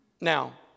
Now